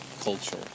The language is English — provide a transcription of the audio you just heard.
culture